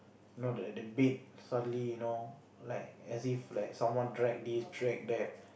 you know at the bed suddenly you know like as if like someone drag this drag that